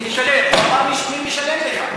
הוא אמר: מי משלם לך.